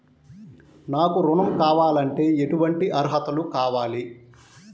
నాకు ఋణం కావాలంటే ఏటువంటి అర్హతలు కావాలి?